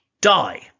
die